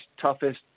toughest